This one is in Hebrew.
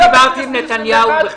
דיברתי עם נתניהו.